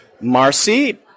Marcy